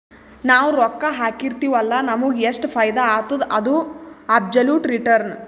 ನಾವ್ ರೊಕ್ಕಾ ಹಾಕಿರ್ತಿವ್ ಅಲ್ಲ ನಮುಗ್ ಎಷ್ಟ ಫೈದಾ ಆತ್ತುದ ಅದು ಅಬ್ಸೊಲುಟ್ ರಿಟರ್ನ್